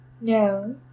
No